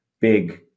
big